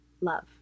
Love